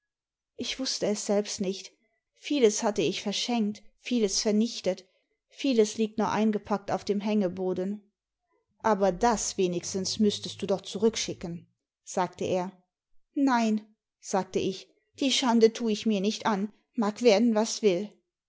ich wußte es selber nicht vieles hatte ich verschenkt vieles vernichtet vieles liegt noch eingepackt auf dem hängeboden aber das wenigstens müßtest du doch zurückschicken sagte er nein sagte ich die schande tu ich mir nicht an mag werden was will